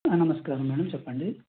నమస్కారం మ్యాడం చెప్పండి